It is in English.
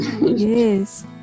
Yes